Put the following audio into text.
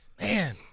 Man